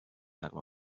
نقل